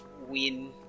win